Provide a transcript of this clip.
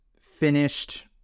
finished